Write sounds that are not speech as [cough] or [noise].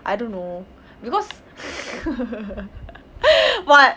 I don't know because [laughs] what